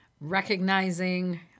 recognizing